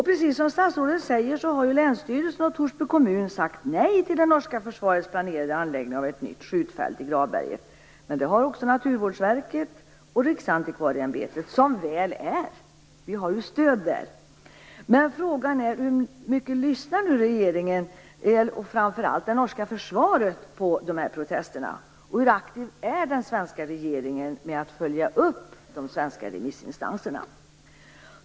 Precis som statsrådet säger har länsstyrelsen och Torsby kommun sagt nej till det norska försvarets planerade anläggning av ett nytt skjutfält på Gravberget. Det har också Naturvårdsverket och Riksantikvarieämbetet som väl är gjort. Vi har stöd där. Men frågan är: Hur mycket lyssnar regeringen och framför allt det norska försvaret på dessa protester, och hur aktiv är den svenska regeringen när det gäller att följa upp de svenska remissinstanserna?